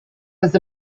was